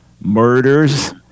murders